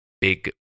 Big